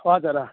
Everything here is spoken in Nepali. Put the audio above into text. हजुर अँ